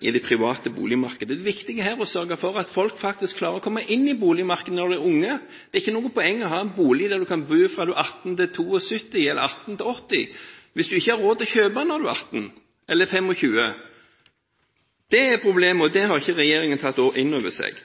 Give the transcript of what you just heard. i det private boligmarkedet. Det er viktig her å sørge for at folk faktisk klarer å komme inn i boligmarkedet når de er unge. Det er ikke noe poeng å ha en bolig der en kan bo fra en er 18 år til 72 år, eller 80 år, hvis en ikke har råd til å kjøpe når en er 18 år, eller 25 år – det er problemet. Det har ikke regjeringen tatt inn over seg.